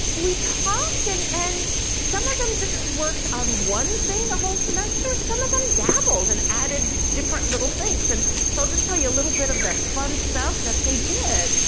we talked, and and some of them just worked on one thing the whole semester. some of them dabbled and added different little things. and so i'll just tell you a little bit of the fun stuff that they did.